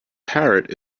parrot